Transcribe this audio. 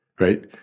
right